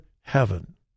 heaven